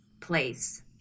place